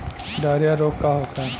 Diarrhoea रोग का होखे?